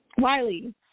Wiley